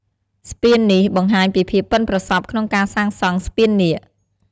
ស្ពាននេះបង្ហាញពីភាពប៉ិនប្រសប់ក្នុងការសាងសង់ស្ពាននាគ។